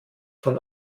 von